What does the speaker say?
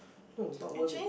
no is not worth it